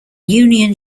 union